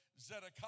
Zedekiah